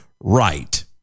right